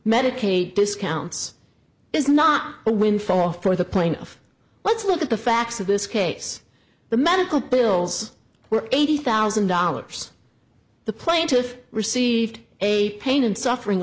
medicaid discounts is not a windfall for the plaintiff let's look at the facts of this case the medical bills were eighty thousand dollars the plaintiff received a pain and suffering